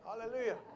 Hallelujah